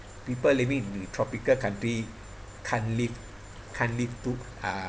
people living in the tropical country can't live can't live to uh